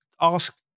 ask